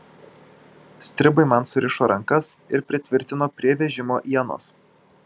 stribai man surišo rankas ir pritvirtino prie vežimo ienos